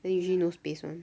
then usually no space [one]